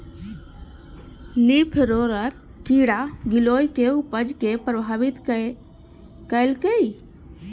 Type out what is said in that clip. leaf roller कीड़ा गिलोय के उपज कें प्रभावित केलकैए